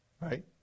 Right